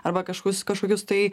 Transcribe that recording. arba kažkokus kažkokius tai